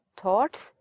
thoughts